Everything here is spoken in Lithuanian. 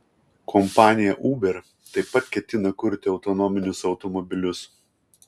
kompanija uber taip pat ketina kurti autonominius automobilius